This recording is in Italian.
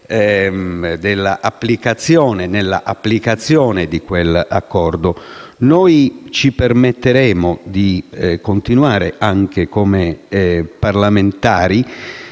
la situazione dell'applicazione di quell'accordo. Noi ci permetteremo di continuare, come parlamentari,